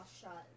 shot